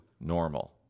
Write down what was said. normal